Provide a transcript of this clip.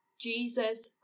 Jesus